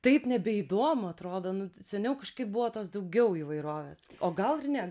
taip nebeįdomu atrodo nu seniau kažkaip buvo tos daugiau įvairovės o gal ir ne